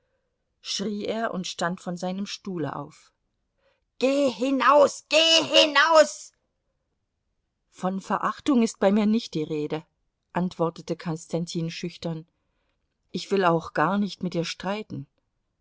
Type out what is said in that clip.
schrie er und stand von seinem stuhle auf geh hinaus geh hinaus von verachtung ist bei mir nicht die rede antwortete konstantin schüchtern ich will auch gar nicht mit dir streiten